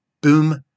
Boom